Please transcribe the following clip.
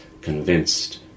convinced